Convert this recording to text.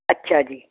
ਅੱਛਾ ਜੀ